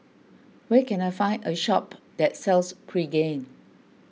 where can I find a shop that sells Pregain